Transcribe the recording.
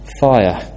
fire